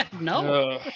No